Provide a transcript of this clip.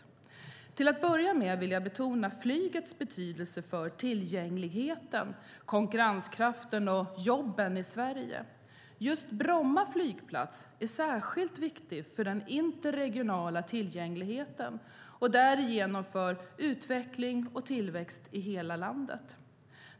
Till att börja med vill jag betona flygets betydelse för tillgängligheten, konkurrenskraften och jobben i Sverige. Just Bromma flygplats är särskilt viktig för den interregionala tillgängligheten och därigenom för utveckling och tillväxt i hela landet.